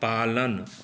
पालन